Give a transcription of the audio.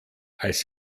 als